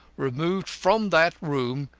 removed from that room,